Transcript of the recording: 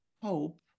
hope